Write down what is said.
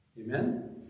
Amen